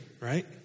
Right